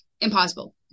Impossible